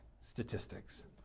statistics